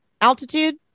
altitude